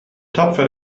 tapfer